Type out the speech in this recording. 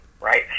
right